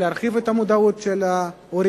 שנועד להרחיב את המודעות של ההורים,